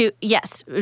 Yes